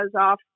off